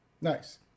Nice